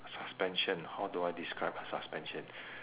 suspension how do I describe a suspension